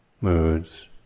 moods